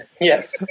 Yes